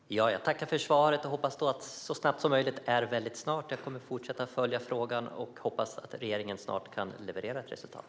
Fru talman! Jag tackar för svaret och hoppas att så snabbt som möjligt innebär väldigt snart. Jag kommer att fortsätta att följa frågan och hoppas att regeringen snart kan leverera ett resultat.